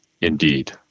Indeed